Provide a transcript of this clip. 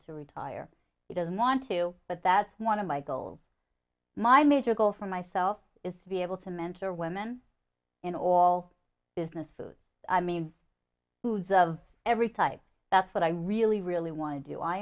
to retire he doesn't want to but that's one of my goals my major goal for myself is to be able to mentor women in all businesses i mean who's of every type that's what i really really want to do i